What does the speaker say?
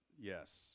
yes